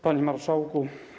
Panie Marszałku!